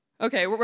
Okay